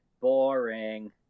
boring